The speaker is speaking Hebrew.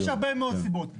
-- יש הרבה מאוד סיבות.